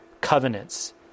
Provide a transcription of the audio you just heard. covenants